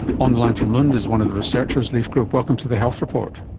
on the line from lund is one of the researchers, leif groop. welcome to the health report.